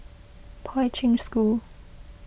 Poi Ching School